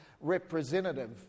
representative